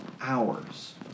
hours